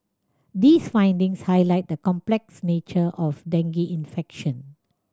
these findings highlight the complex nature of dengue infection